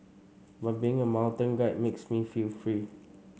but being a mountain guide makes me feel free